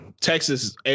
Texas